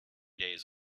days